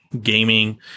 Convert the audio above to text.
gaming